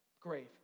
grave